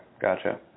Gotcha